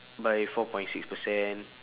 by four point six percent